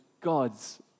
God's